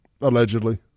allegedly